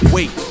Wait